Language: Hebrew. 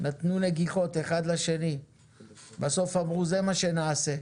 נתנו נגיחות אחד לשני ובסוף אמרו זה מה שנעשה,